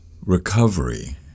recovery